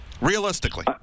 Realistically